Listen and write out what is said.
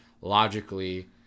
logically